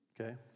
Okay